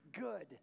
good